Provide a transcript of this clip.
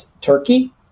Turkey